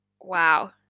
wow